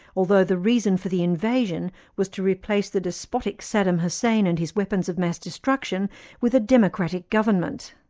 although the reason for the invasion was to replace the despotic saddam hussein and his weapons of mass destruction with a democratic government.